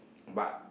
but